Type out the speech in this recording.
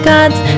God's